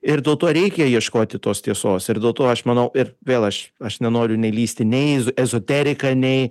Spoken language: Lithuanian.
ir dėl to reikia ieškoti tos tiesos ir dėl to aš manau ir vėl aš aš nenoriu nei lįsti nei į ezoteriką nei